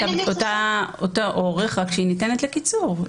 רק שהיא ניתנת לקיצור.